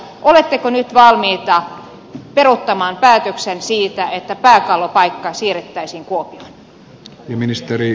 oletteko nyt valmis peruuttamaan päätöksen siitä että pääkallonpaikka siirrettäisiin kuopioon